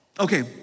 Okay